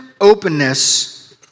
openness